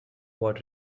what